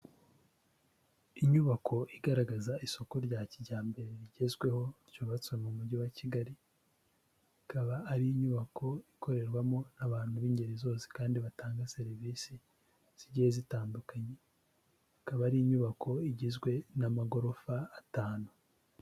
Inyubako igaragaza isoko rya kijyambere rigezweho ryubatswe mu mujyi wa Kigali, ikaba ari inyubako ikorerwamo abantu b'ingeri zose kandi batanga serivisi zigiye zitandukanye, akaba ari inyubako igizwe n'amagorofa atanu.